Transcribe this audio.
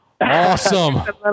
Awesome